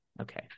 Okay